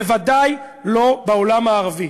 בוודאי לא בעולם הערבי.